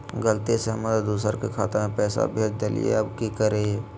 गलती से हम दुसर के खाता में पैसा भेज देलियेई, अब की करियई?